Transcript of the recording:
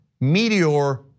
Meteor